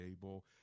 able